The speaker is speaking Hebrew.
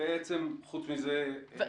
בעצם פרט לזה לא בודקים כלום.